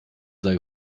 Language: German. sei